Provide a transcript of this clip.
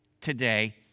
today